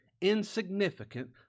insignificant